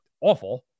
awful